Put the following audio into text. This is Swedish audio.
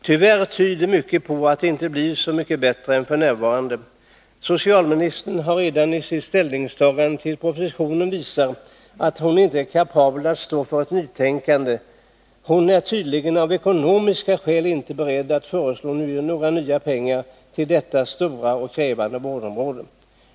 Tyvärr tyder mycket på att det inte blir så mycket bättre än f. n. Socialministern har redan med sitt ställningstagande i propositionen visat att honinte är kapabel att stå för ett nytänkande. Hon är tydligen av ekonomiska skäl inte beredd att föreslå några nya pengar till detta stora och krävande vårdområde.